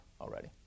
already